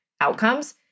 outcomes